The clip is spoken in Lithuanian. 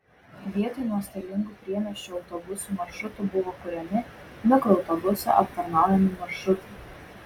vietoj nuostolingų priemiesčio autobusų maršrutų buvo kuriami mikroautobusų aptarnaujami maršrutai